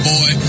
Boy